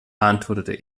antwortete